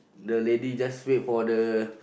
the lady just wait for the